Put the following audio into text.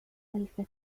الفتاة